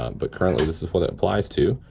um but currently, this is what it applies to.